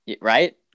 Right